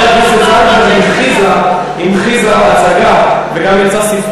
אני אשמח להיכנס לנושא